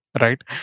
right